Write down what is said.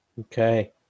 Okay